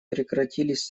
прекратились